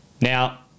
Now